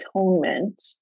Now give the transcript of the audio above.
atonement